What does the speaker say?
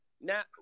now